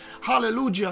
Hallelujah